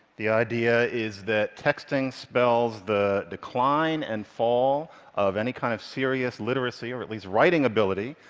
the idea is that texting spells the decline and fall of any kind of serious literacy, or at least writing ability,